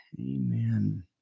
Amen